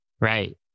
Right